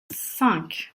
cinq